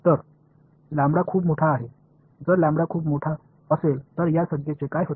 तर खूप मोठा आहे जर खूप मोठा असेल तर या संज्ञेचे काय होते